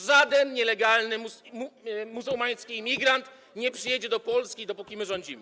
Żaden nielegalny muzułmański imigrant nie przyjedzie do Polski, dopóki my rządzimy.